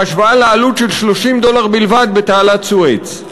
בהשוואה לעלות של 30 דולר בלבד בתעלת סואץ.